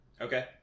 Okay